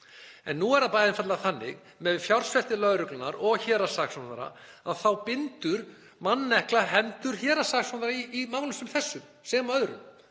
En nú er það bara einfaldlega þannig að vegna fjársvelti lögreglunnar og héraðssaksóknara þá bindur mannekla hendur héraðssaksóknara í málum sem þessum sem og öðrum.